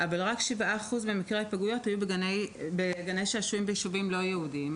אבל רק כ-7% ממקרי ההיפגעויות היו בגני שעשועים ביישובים לא יהודיים.